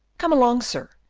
come along, sir,